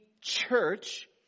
church